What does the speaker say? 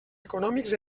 econòmics